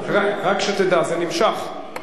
זה נמשך.